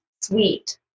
sweet